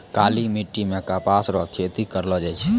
काली मिट्टी मे कपास रो खेती करलो जाय छै